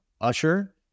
Usher